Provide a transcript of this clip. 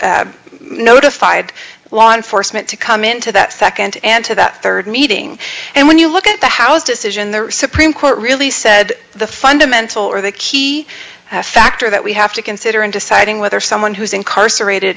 subsequently notified law enforcement to come into that second and to that third meeting and when you look at the house decision the supreme court really said the fundamental or the key factor that we have to consider in deciding whether someone who's incarcerated